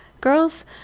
girls